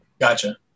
gotcha